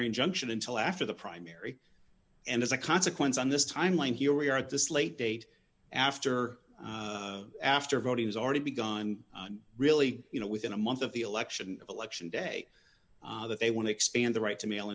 plenary injunction until after the primary and as a consequence on this timeline here we are at this late date after after voting has already begun really you know within a month of the election and election day that they want to expand the right to mail